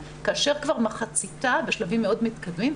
וכבר מחציתה בשלבים מאוד מתקדמים.